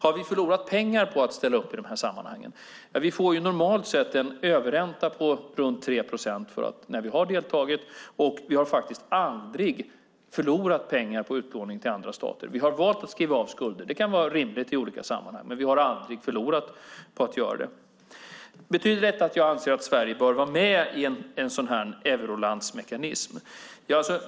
Har vi förlorat pengar på att ställa upp i dessa sammanhang? Vi har normalt sett fått en överränta på runt 3 procent när vi har deltagit, och vi har faktiskt aldrig förlorat pengar på utlåning till andra stater. Vi har valt att skriva av skulder - och det kan vara rimligt i olika sammanhang - men vi har aldrig förlorat på att göra det. Betyder detta att jag anser att Sverige bör vara med i en eurolandsmekanism?